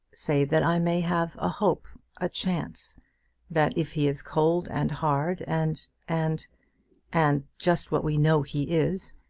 say that i may have a hope a chance that if he is cold, and hard, and and and, just what we know he is,